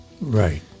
Right